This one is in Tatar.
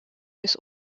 йөз